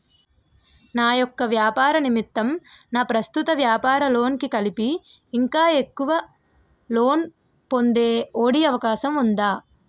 నా యెక్క వ్యాపార నిమిత్తం నా ప్రస్తుత వ్యాపార లోన్ కి కలిపి ఇంకా ఎక్కువ లోన్ పొందే ఒ.డి అవకాశం ఉందా?